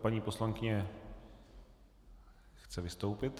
Paní poslankyně chce vystoupit.